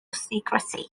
secrecy